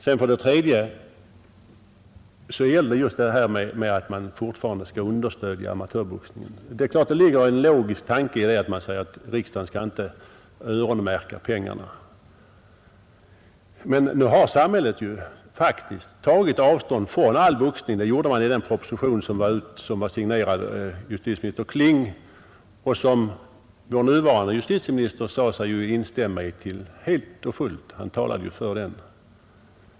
Den tredje punkten gäller just att man fortfarande skall understödja amatörboxningen, Det ligger en logisk tanke i att säga att riksdagen inte skall öronmärka pengarna. Men nu har samhället faktiskt tagit avstånd från all boxning. Det gjordes i den proposition som var signerad justitieminister Kling och som vår nuvarande justitieminister sade sig instämma i helt och fullt när han talade för den.